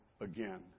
again